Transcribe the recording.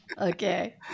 Okay